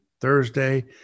Thursday